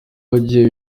wagiye